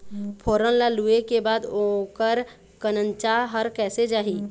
फोरन ला लुए के बाद ओकर कंनचा हर कैसे जाही?